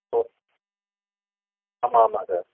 ஓ ஆமாம் ஆமாம் சார்